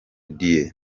dieu